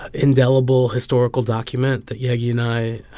indelible historical document that yegi and i